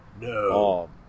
No